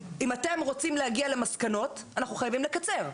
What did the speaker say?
אם אתם רוצים להגיע למסקנות אנחנו חייבים לקצר,